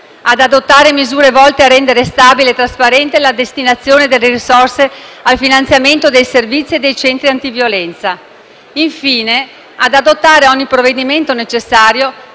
adottare misure volte a rendere stabile e trasparente la destinazione delle risorse al finanziamento dei servizi e dei centri antiviolenza; infine, adottare ogni provvedimento necessario